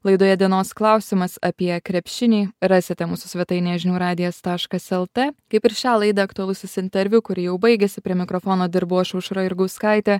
laidoje dienos klausimas apie krepšinį rasite mūsų svetainėje žinių radijas taškas lt kaip ir šią laidą aktualusis interviu kuri jau baigėsi prie mikrofono dirbau aš aušra jurgauskaitė